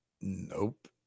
Nope